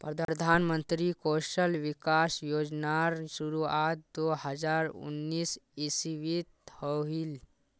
प्रधानमंत्री कौशल विकाश योज्नार शुरुआत दो हज़ार उन्नीस इस्वित होहिल